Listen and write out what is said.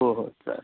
हो हो चालेल